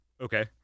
okay